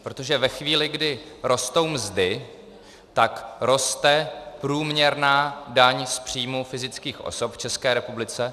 Protože ve chvíli, kdy rostou mzdy, tak roste průměrná daň z příjmu fyzických osob v České republice.